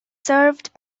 served